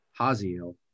Haziel